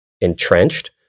entrenched